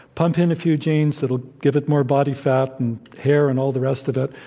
punch in a few genes that'll give it more body fat and hair and all the rest of it,